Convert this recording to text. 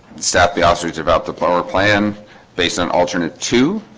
staff the officers about the power plan based on alternate to